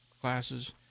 classes